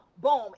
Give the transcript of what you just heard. boom